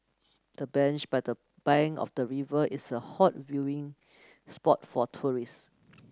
the bench by the bank of the river is a hot viewing spot for tourist